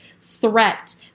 threat